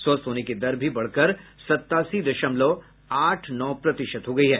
स्वस्थ होने की दर भी बढ़कर सतासी दशमलव आठ नौ प्रतिशत हो गयी है